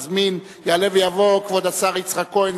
יעלה ויבוא כבוד השר יצחק כהן,